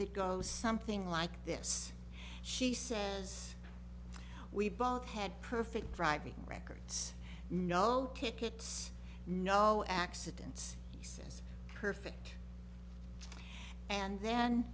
that goes something like this she says we both had perfect driving records no kits no accidents he says perfect and then